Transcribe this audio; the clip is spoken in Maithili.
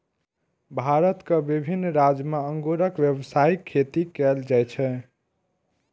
भारतक विभिन्न राज्य मे अंगूरक व्यावसायिक खेती कैल जाइ छै